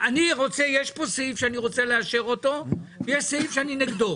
יש פה סעיף שאני רוצה לאשר אותו ויש סעיף שאני נגדו,